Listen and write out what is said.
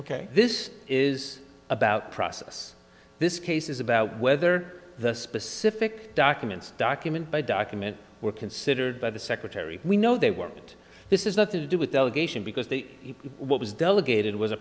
ok this is about process this case is about whether the specific documents document by document were considered by the secretary we know they were but this is not to do with delegation because the what was delegated was a